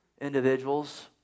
individuals